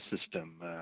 system